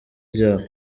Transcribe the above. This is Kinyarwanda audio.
ryabo